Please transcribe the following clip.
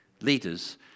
Leaders